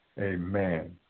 Amen